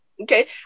okay